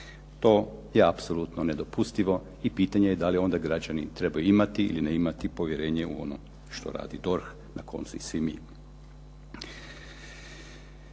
To je apsolutno nedopustivo i pitanje je da li onda građani trebaju imati ili ne imati povjerenje u ono što radi DORH, na koncu i svi mi.